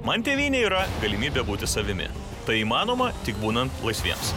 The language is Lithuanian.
man tėvynė yra galimybė būti savimi tai įmanoma tik būnant laisviems